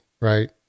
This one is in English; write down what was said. right